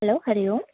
hello Hari Om